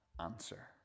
answer